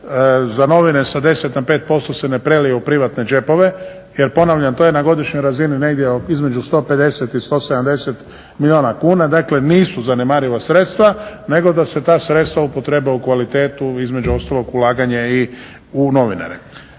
za novine sa 10 na 5% se ne prelije u privatne džepove jer ponavljam to je na godišnjoj razini negdje između 150 i 170 milijuna kuna. Dakle, nisu zanemariva sredstva, nego da se ta sredstva upotrijebe u kvalitetu, između ostalog ulaganje i u novinare.